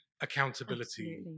accountability